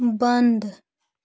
बंद